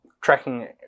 tracking